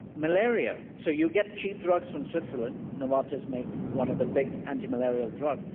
malaria. so you get cheap drugs from switzerland, novartis makes one of the big antimalarial drugs,